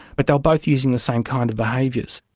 but they were both using the same kind of behaviours.